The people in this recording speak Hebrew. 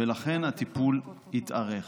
ולכן הטיפול התארך.